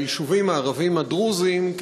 ביישובים הערביים הדרוזיים,